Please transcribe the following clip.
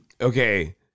Okay